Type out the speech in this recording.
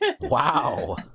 Wow